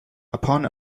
upon